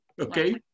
Okay